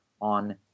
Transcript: on